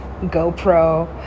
GoPro